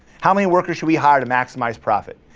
how many workers should we hire to maximize profit?